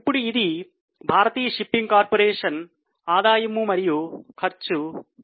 ఇప్పుడు ఇది భారతీయ షిప్పింగ్ కార్పొరేషన్ ఆదాయము మరియు ఖర్చు ఖాతా